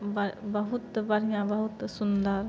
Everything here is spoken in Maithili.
बड़ बहुत बढ़िऑं बहुत सुन्दर